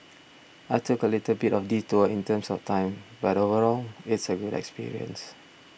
I took a little bit of detour in terms of time but overall it's a good experience